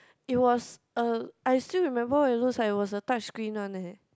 it was a I still remember what it looks like it was a touch screen one eh